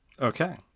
okay